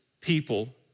people